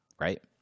right